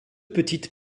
petites